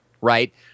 Right